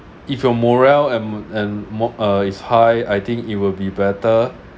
if your morale and and mo~ uh is high I think it will be better